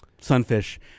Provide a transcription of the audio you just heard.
sunfish